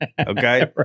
Okay